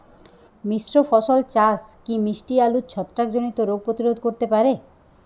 মিশ্র ফসল চাষ কি মিষ্টি আলুর ছত্রাকজনিত রোগ প্রতিরোধ করতে পারে?